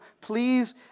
please